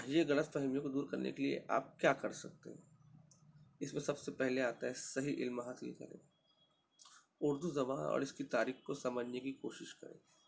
یہ غلط فہمیوں کو دور کرنے کے لیے آپ کیا کر سکتے ہو اس میں سب سے پہلے آتا ہے صحیح علم حاصل کرنا اردو زبان اور اس کی تاریخ کو سمجھنے کی کوشش کریں